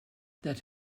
that